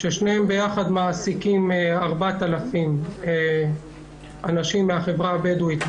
ששניהם ביחד מעסיקים 4,000 אנשים מן החברה הבדואית,